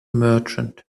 merchant